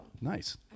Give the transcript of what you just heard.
nice